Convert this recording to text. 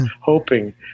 hoping